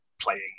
playing